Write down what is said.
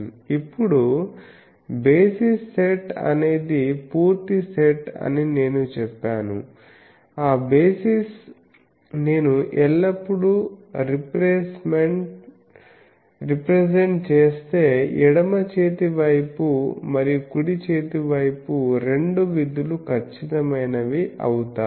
ఇప్పుడు basis set అనేది పూర్తి సెట్ అని చెప్పాను ఆ బేసిస్ నేను ఎల్లప్పుడూ రీప్రెసెంట్ చేస్తే ఎడమ చేతి వైపు మరియు కుడి చేతి వైపు రెండు విధులు ఖచ్చితమైనవి అవుతాయి